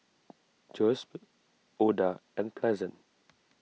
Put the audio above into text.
Joesph Oda and Pleasant